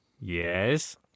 Yes